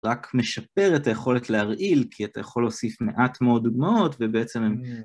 רק משפר את היכולת להרעיל, כי אתה יכול להוסיף מעט מאוד דוגמאות ובעצם...